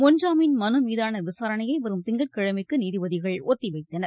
முன்ஜாமீன் மனு மீதான விசாரணைய வரும் திங்கட்கிழமைக்கு நீதிபதிகள் ஒத்திவைத்தனர்